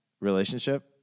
relationship